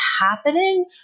happening